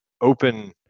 open